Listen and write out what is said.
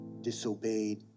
disobeyed